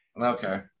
okay